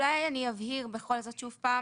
אולי אני אבהיר בכל זאת שוב פעם.